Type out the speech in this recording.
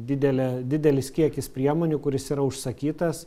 didelė didelis kiekis priemonių kuris yra užsakytas